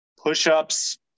Push-ups